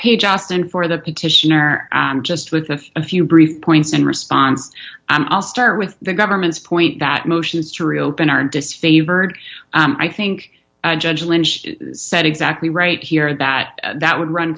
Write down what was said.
paige austin for the petition or just with a few brief points in response and i'll start with the government's point that motions to reopen are disfavored i think judge lynch said exactly right here that that would run